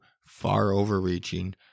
far-overreaching